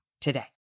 today